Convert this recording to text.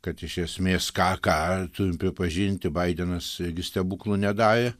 kad iš esmės ką ką turim pripažinti baidenas irgi stebuklų nedarė